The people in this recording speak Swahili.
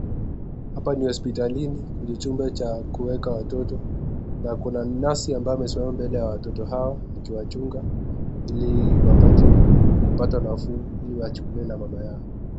Hapa ni hospitalini kwenye chumba cha kueka watoto na kuna nesi ambaye amesimama mbele ya watoto hao na kuwachunga ili wapate kupata nafuu ili wachukuliwe na mama yao.